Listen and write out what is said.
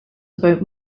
about